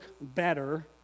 better